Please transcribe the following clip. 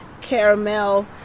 caramel